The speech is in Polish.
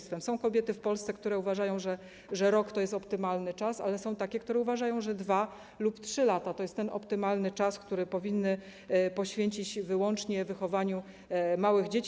Są kobiety w Polsce, które uważają, że rok to jest optymalny czas, ale są takie, które uważają, że 2 lub 3 lata to jest ten optymalny czas, który powinny poświęcić wyłącznie wychowaniu małych dzieci.